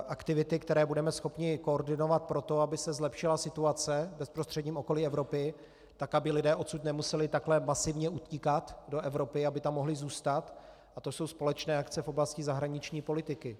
Aktivity, které budeme schopni koordinovat pro to, aby se zlepšila situace v bezprostředním okolí Evropy, aby odsud lidé nemuseli takhle masivně utíkat do Evropy, aby tam mohli zůstat, a to jsou společné akce v oblasti zahraniční politiky.